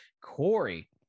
Corey